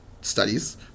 studies